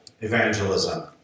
evangelism